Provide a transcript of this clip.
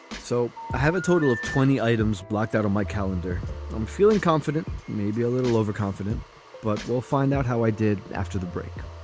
so i have a total of twenty items blocked out on my calendar i'm feeling confident maybe a little overconfident but we'll find out how i did after the break